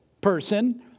person